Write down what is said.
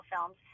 films